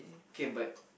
okay but